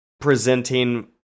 presenting